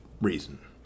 reason